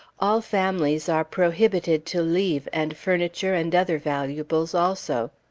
all families are prohibited to leave, and furniture and other valuables also.